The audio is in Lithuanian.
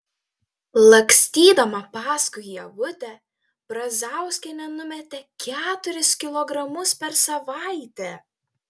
lakstydama paskui ievutę brazauskienė numetė keturis kilogramus per savaitę